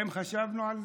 האם חשבנו על זה?